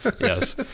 Yes